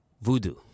voodoo